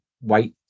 white